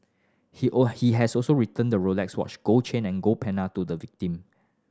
he all he has also returned the Rolex watch gold chain and gold pendant to the victim